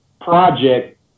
project